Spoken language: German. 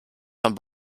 von